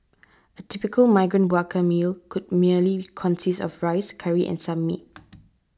typical migrant worker meal could merely consist of rice curry and some meat